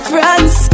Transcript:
France